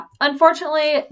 Unfortunately